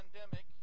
pandemic